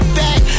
back